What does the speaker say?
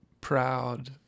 proud